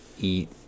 eat